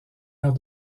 aire